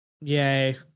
Yay